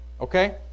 Okay